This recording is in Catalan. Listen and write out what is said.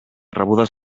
rebudes